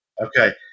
okay